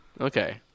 Okay